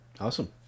Awesome